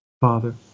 Father